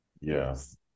Yes